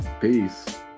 Peace